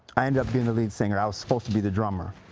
and up the and lead singer, ah was supposed to be the drumer,